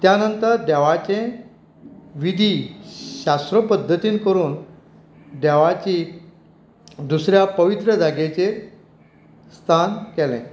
त्यानंतर देवाचें विधी शास्त्रो पद्दतीन करून देवाची दुसऱ्या पवित्र जाग्याचेर स्थान केलें